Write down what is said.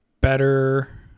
better